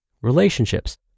relationships